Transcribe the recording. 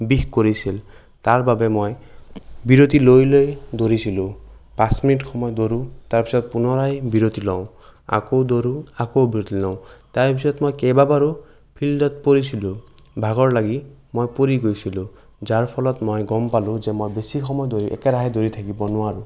বিষ কৰিছিল তাৰ বাবে মই বিৰতি লৈ লৈ দৌৰিছিলোঁ পাঁচ মিনিট সময় দৌৰোঁ তাৰ পিছত পুনৰাই বিৰতি লওঁ আকৌ দৌৰোঁ আকৌ বিৰতি লওঁ তাৰ পিছত মই কেইবাবাৰো ফিল্ডত পৰিছিলোঁ ভাগৰ লাগি মই পৰি গৈছিলোঁ যাৰ ফলত মই গম পালোঁ যে মই বেছি সময় দৌৰি একেৰাহে দৌৰি থাকিব নোৱাৰোঁ